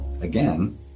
Again